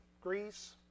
Greece